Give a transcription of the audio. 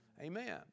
Amen